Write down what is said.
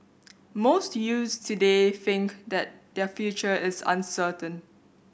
most youths today think that their future is uncertain